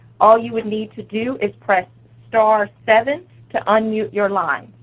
all you would need to do is press star-seven to unmute your line.